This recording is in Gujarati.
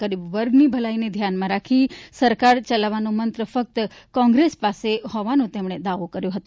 ગરીબ વર્ગની ભલાઇને ધ્યાનમાં રાખી સરકાર ચલાવવાનો મંત્ર ફક્ત કોંગ્રેસ પાસે હોવાનો દાવો કર્યો હતો